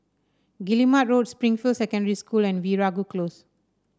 Guillemard Road Springfield Secondary School and Veeragoo Close